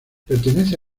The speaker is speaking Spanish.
pertenece